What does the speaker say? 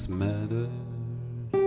matters